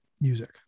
music